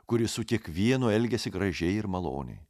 kuris su kiekvienu elgiasi gražiai ir maloniai